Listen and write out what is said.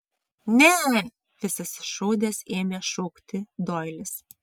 ne visas išraudęs ėmė šaukti doilis